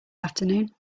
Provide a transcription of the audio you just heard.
afternoon